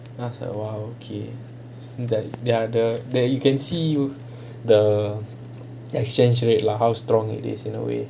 that's like !whoa! okay hmm like their the you can see the exchange rate lah how strong it is in a way